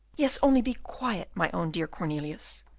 yes, only be quiet, my own dear cornelius.